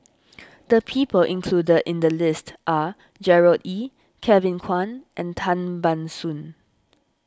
the people included in the list are Gerard Ee Kevin Kwan and Tan Ban Soon